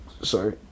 sorry